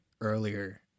earlier